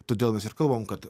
todėl mes ir kalbam kad